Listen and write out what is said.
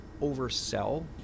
oversell